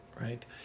Right